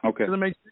Okay